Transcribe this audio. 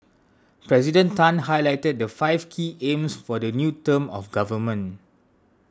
President Tan highlighted the five key aims for the new term of government